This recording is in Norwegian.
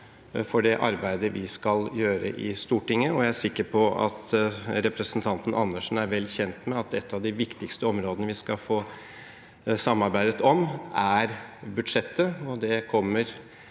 for det arbeidet vi skal gjøre i Stortinget, og jeg er sikker på at representanten Andersen er vel kjent med at et av de viktigste områdene vi skal få samarbeide om, er budsjettet.